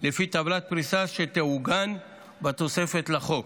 לפי טבלת פריסה שתעוגן בתוספת לחוק,